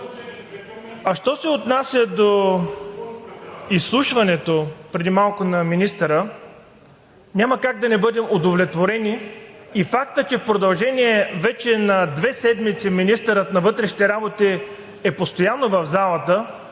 А що се отнася до изслушването преди малко на министъра – няма как да не бъдем удовлетворени. И фактът, че в продължение на две седмици вече министърът на вътрешните работи е постоянно в залата,